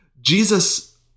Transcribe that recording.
Jesus